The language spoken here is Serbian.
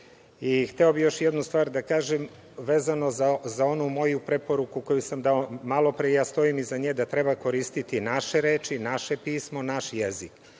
bih još jednu stvar da kažem, vezano za onu moju preporuku koju sam dao malo pre i ja stojim iza nje da treba koristiti naše reči, naše pismo, naš jezik.